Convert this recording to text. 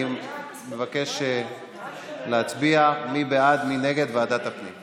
אני מבקש להצביע מי בעד ומי נגד ועדת הפנים?